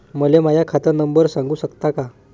मले माह्या खात नंबर सांगु सकता का?